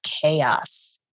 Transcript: chaos